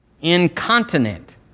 incontinent